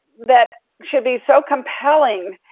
that should be so compelling,